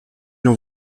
l’on